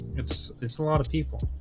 it's it's a lot of people